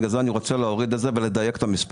בגלל זה אני רוצה להוריד את זה ולדייק את המספר.